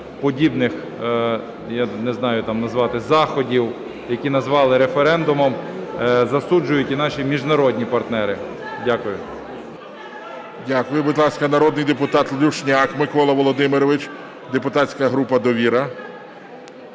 назвати заходів, які назвали референдумом, засуджують і наші міжнародні партнери. Дякую. ГОЛОВУЮЧИЙ. Дякую. Будь ласка, народний депутат Люшняк Микола Володимирович, депутатська група "Довіра".